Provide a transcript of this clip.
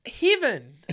heaven